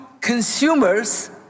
consumers